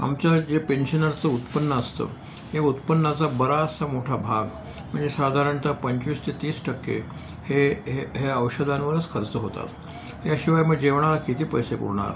आमचं जे पेन्शनरचं उत्पन्न असतं हे उत्पन्नाचा बराचसा मोठा भाग म्हणजे साधारणतः पंचवीस ते तीस टक्के हे हे हे औषधांवरच खर्च होतात याशिवाय मग जेवणाला किती पैसे पुरणार